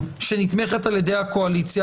שנתמכת על ידי הקואליציה,